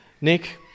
Nick